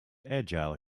agile